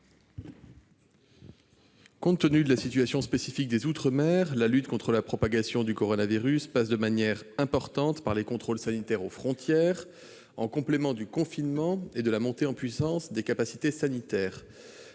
Compte tenu de la situation spécifique des outre-mer, la lutte contre la propagation du virus passe de manière importante par les contrôles sanitaires aux frontières, en complément du confinement et de la montée en puissance des capacités sanitaires.